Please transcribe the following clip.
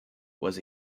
was